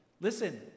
listen